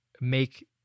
Make